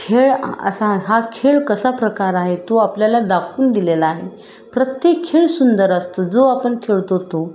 खेळ असा हा खेळ कसा प्रकार आहे तो आपल्याला दाखवून दिलेला आहे प्रत्येक खेळ सुंदर असतो जो आपण खेळतो तो